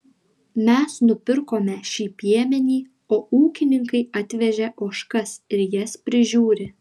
mes nupirkome šį piemenį o ūkininkai atvežė ožkas ir jas prižiūri